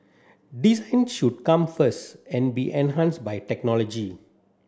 design should come first and be enhance by technology